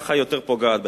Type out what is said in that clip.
ככה היא יותר פוגעת בך.